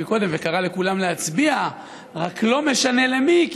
מקודם וקרא לכולם להצביע רק לא משנה למי,